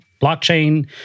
blockchain